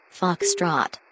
Foxtrot